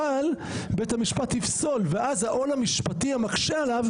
אבל בית המשפט יפסול ואז העול המשפטי המקשה עליו